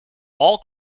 all